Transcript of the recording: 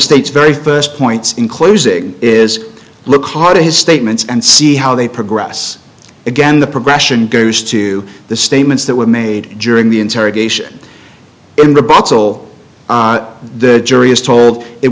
state's very first points in closing is look hard at his statements and see how they progress again the progression goes to the statements that were made during the interrogation in the bottle the jury is told it